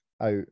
out